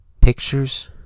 Pictures